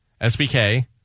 SBK